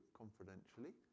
confidentially